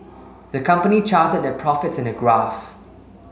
the company charted their profits in a graph